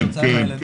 מ.ב.: כן.